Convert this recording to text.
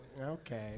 okay